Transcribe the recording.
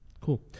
Cool